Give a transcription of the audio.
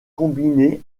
combinées